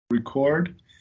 record